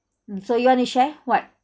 mm so you want to share what